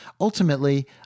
ultimately